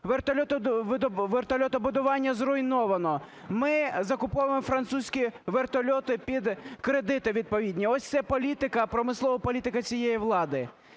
вертольотобудування зруйновано. Ми закуповуємо французькі вертольоти під кредити відповідні. Ось це політика, промислова політика цієї влади.